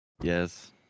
Yes